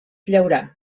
llaurar